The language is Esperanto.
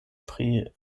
pri